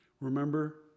Remember